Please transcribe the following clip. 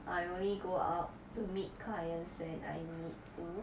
I only go out to meet clients when I need to